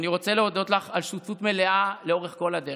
אני רוצה להודות לך על שותפות מלאה לאורך כל הדרך,